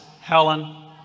Helen